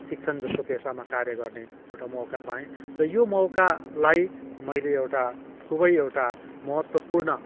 शिक्षण जस्तो पेसामा कार्य गर्ने एउटा मौका पाएँ र यो मौकालाई मैले एउटा खुबै एउटा महत्वपूर्ण